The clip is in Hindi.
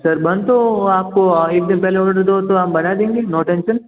सर बन तो आप को एक दिन पहले ऑर्डर दे दोगे तो हम बना देंगे नो टेंशन